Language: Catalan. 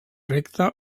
recte